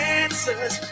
answers